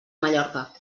mallorca